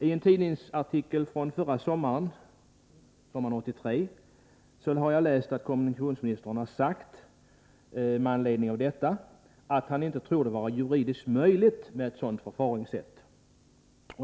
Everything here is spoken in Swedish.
I en tidningsartikel från sommaren 1983 läste jag att kommunikationsministern med anledning av detta har sagt att han inte tror det vara juridiskt möjligt med ett sådant förfaringssätt.